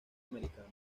americano